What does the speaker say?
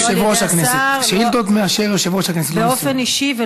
לא על ידי השר באופן אישי.